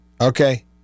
Okay